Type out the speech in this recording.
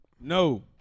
No